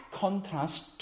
contrast